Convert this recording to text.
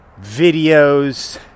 videos